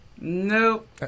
nope